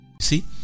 see